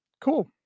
Cool